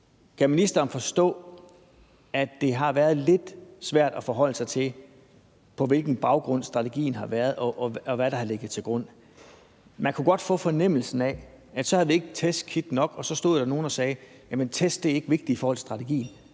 Kan ministeren forstå, at det har været lidt svært at forholde sig til, på hvilken baggrund strategien har været, og hvad der har ligget til grund? Man kunne godt få fornemmelsen af det. Man havde ikke testkit nok, og så stod der nogle, der sagde, at test ikke er vigtigt i forhold til strategien,